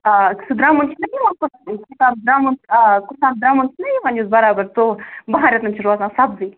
آ سُہ درٛمُن چھِ نہ یِوان کُستام درٛمُن آ کُستام درٛمُن چھِ نہ یِوان یُس برابَر ژۆوُہ بَہَن رٮ۪تَن چھِ روزان سبزٕے